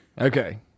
Okay